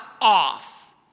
off